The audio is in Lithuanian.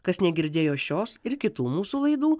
kas negirdėjo šios ir kitų mūsų laidų